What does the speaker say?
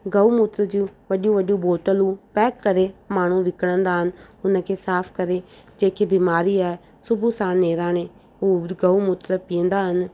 गऊ मूत्र जूं वॾियूं वॾियूं बोतलूं पैक करे माण्हूं विकिणंदा आहिनि हुन खे साफु करे जेकी बीमारी आहे सुबूह सुबूह साणु नेराणे उहो गऊ मूत्र पीअंदा आहिनि